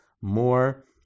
more